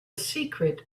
secret